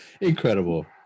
Incredible